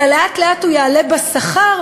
אלא לאט-לאט הוא יעלה בשכר,